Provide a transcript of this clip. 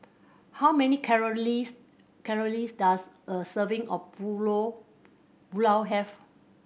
how many calories calories does a serving of Pulao have